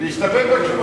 להסתפק בתשובה.